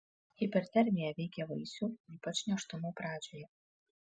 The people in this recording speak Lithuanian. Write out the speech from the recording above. hipertermija veikia vaisių ypač nėštumo pradžioje